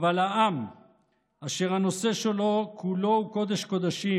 אבל העם אשר הנושא שלו כולו הוא קודש-קודשים